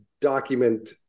document